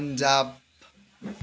Punjab